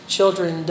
Children